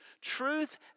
truth